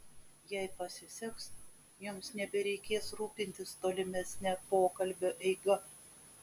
jei pasiseks jums nebereikės rūpintis tolimesne pokalbio eiga